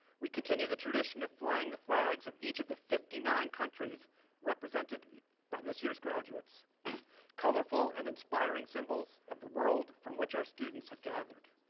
we continue the tradition of flying the flags of each of the fifty nine countries represented by this year's graduates colorful and inspiring symbols of the world from which our students have gathered.